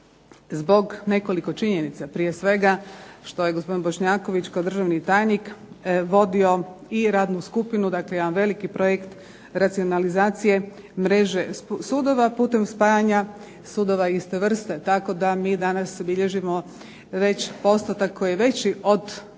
zbog nekoliko činjenica, prije svega, što je gospodin Bošnjaković kao državni tajnik vodio i radnu skupinu, dakle jedan veliki projekt racionalizacije mreže sudova, putem spajanja sudova iste vrste. Tako da mi danas bilježimo već postotak koji je veći od 35